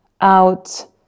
out